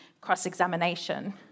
cross-examination